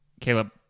caleb